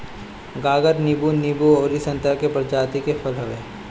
गागर नींबू, नींबू अउरी संतरा के प्रजाति के फल हवे